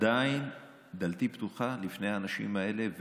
עדיין דלתי פתוחה לפני האנשים האלה,